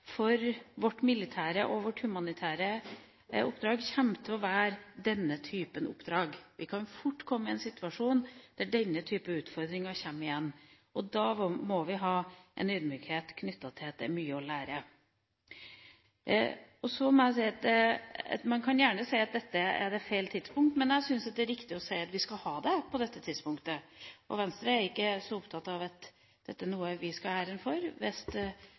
for vårt militære og humanitære oppdrag kommer til å være denne typen oppdrag. Vi kan fort komme i en situasjon hvor denne typen utfordringer kommer igjen. Da må vi ha en ydmykhet knyttet til at det er mye å lære. Man kan gjerne si at dette er feil tidspunkt for en evaluering, men jeg syns det er riktig å si at vi skal ha det på dette tidspunktet. Venstre er ikke opptatt av at dette er noe vi skal ha æren for.